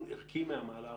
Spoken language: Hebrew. ערכי מהמעלה הראשונה.